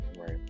Right